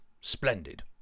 splendid